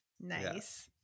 nice